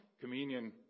communion